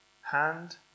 hand